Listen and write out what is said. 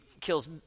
kills